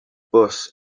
bws